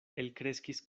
elkreskis